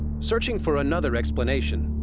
searching for another explanation,